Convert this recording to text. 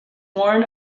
worn